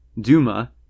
Duma